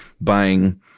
buying